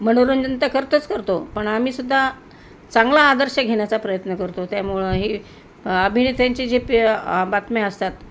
मनोरंजन तर करतोच करतो पण आम्हीसुद्धा चांगला आदर्श घेण्याचा प्रयत्न करतो त्यामुळं हे अभिनेत्यांचे जे पी बातम्या असतात